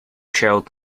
child